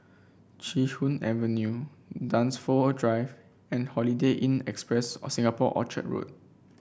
Chee Hoon Avenue Dunsfold Drive and Holiday Inn Express Singapore Orchard Road